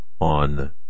on